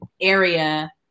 area